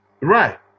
Right